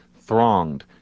thronged